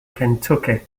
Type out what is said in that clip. kentucky